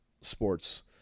sports